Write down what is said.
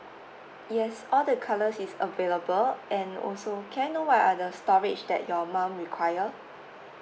yes all the colors is available and also can I know what are the storage that your mum require